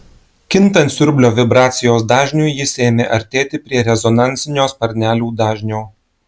kintant siurblio vibracijos dažniui jis ėmė artėti prie rezonansinio sparnelių dažnio